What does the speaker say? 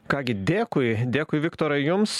ką gi dėkui dėkui viktorai jums